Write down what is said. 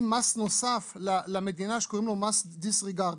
מס נוסף למדינה שקוראים לו מס דיס ריגרד.